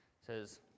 says